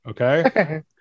okay